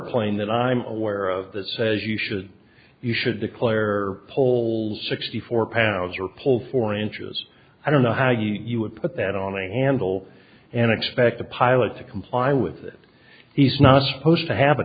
plane that i'm aware of that says you should you should declare poles sixty four pounds or pull four inches i don't know how you would put that on the handle and expect the pilot to comply with it he's not supposed to have a